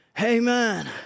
Amen